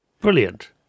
Brilliant